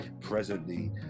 presently